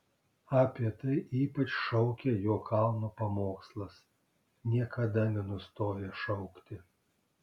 apie tai ypač šaukia jo kalno pamokslas niekada nenustoja šaukti